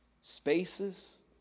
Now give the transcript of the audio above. spaces